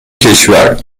کشور